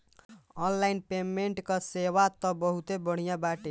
online payment कअ सेवा तअ बहुते बढ़िया बाटे